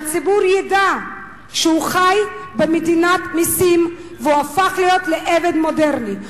שהציבור ידע שהוא חי במדינת מסים והוא הפך להיות לעבד מודרני.